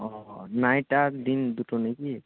ও night আর দিন দুটো মিলিয়ে